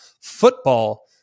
Football